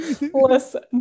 listen